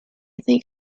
think